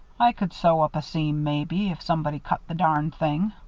i could sew up a seam, maybe, if somebody cut the darned thing